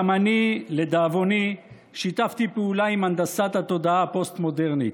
גם אני לדאבוני שיתפתי פעולה עם הנדסת התודעה הפוסט-מודרנית.